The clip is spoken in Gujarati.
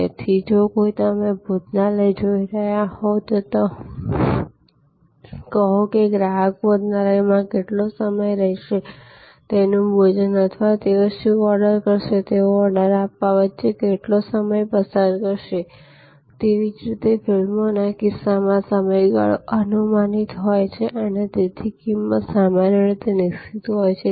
તેથી જો તમે કોઈ ભોજનાલય જોઈ રહ્યા હો તો કહો કે ગ્રાહક ભોજનાલયમાં કેટલો સમય રહેશે તેનું ભોજન અથવા તેઓ શું ઓર્ડર કરશે તેઓ ઓર્ડર આપવા વચ્ચે કેટલો સમય પસાર કરશે તેવી જ રીતે ફિલ્મોના કિસ્સામાં સમયગાળો અનુમાનિત હોય છે અને તેથી કિંમત સામાન્ય રીતે નિશ્ચિત હોય છે